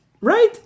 Right